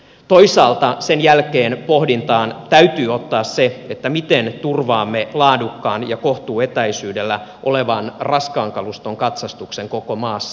toisaalta sen jälkeen pohdintaan täytyy ottaa se miten turvaamme laadukkaan ja kohtuuetäisyydellä olevan raskaan kaluston katsastuksen koko maassa